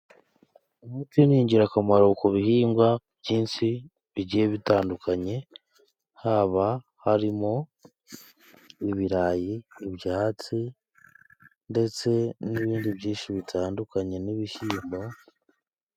Umuti ni ingirakamaro ku bihingwa byinshi bigiye bitandukanye, haba harimo ibirayi, ibyatsi ndetse n'ibindi byinshi bitandukanye, n'ibishyimbo.